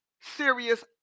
serious